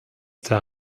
der